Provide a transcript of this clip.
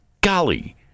golly